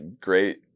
great